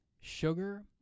sugar